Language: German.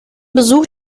besuch